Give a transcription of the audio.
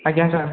ଆଜ୍ଞା ସାର୍